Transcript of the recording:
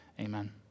Amen